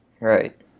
right